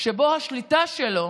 שבו השליטה שלו